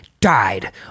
died